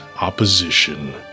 opposition